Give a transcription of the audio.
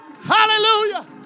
Hallelujah